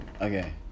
Okay